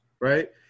right